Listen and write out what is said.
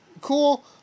cool